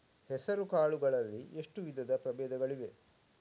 ಹೆಸರುಕಾಳು ಗಳಲ್ಲಿ ಎಷ್ಟು ವಿಧದ ಪ್ರಬೇಧಗಳಿವೆ?